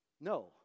No